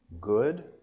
good